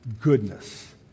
goodness